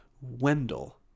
Wendell